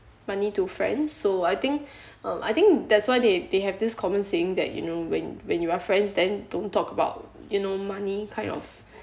money to friends so I think I think uh that's why they they have this common saying that you know when when you are friends then don't talk about you know money kind of